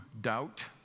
doubt